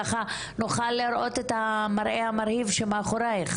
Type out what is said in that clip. ככה נוכל לראות את המראה המרהיב שמאחורייך,